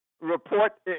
Report